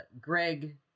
Greg